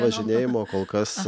važinėjimo kol kas